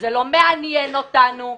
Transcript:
זה לא מעניין אותנו.